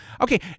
okay